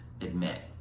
admit